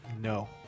no